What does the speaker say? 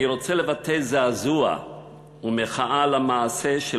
אני רוצה לבטא זעזוע ומחאה על המעשה של